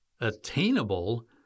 attainable